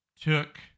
took